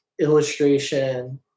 illustration